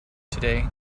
today